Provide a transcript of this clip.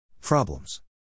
Problems